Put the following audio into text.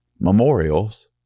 Memorials